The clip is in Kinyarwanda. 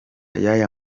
y’aya